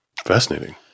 Fascinating